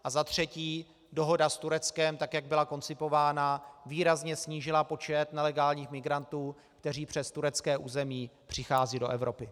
A za třetí, dohoda s Tureckem, tak jak byla koncipována, výrazně snížila počet nelegálních migrantů, kteří přes turecké území přicházejí do Evropy.